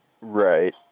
Right